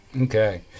Okay